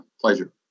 pleasure